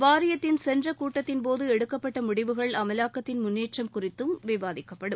வாரியத்தின் சென்ற கூட்டத்தின்போது எடுக்கப்பட்ட முடிவுகள் அமலாக்கத்தின் முன்னேற்றம் குறித்தும் விவாதிக்கப்படும்